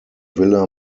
villa